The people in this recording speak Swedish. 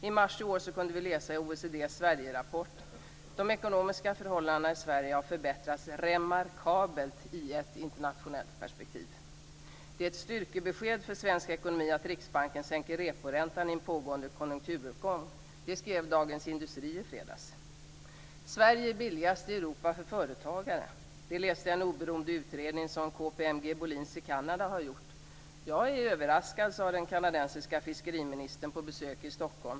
I mars i år kunde vi läsa i OECD:s Sverigerapport att de ekonomiska förhållandena i Sverige har förbättrats remarkabelt i ett internationellt perspektiv. Det är ett styrkebesked för svensk ekonomi att Riksbanken sänker reporäntan i en pågående konjunkturuppgång. Det skrev Dagens Industri i fredags. Sverige är billigast i Europa för företagare. Det läste jag i en oberoende utredning som KPMG Bohlins i Kanada har gjort. Jag är överraskad, sade den kanadensiske fiskeriministern på besök i Stockholm.